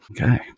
Okay